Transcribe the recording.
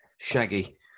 Shaggy